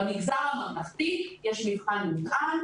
במגזר הממלכתי יש מבחן קל,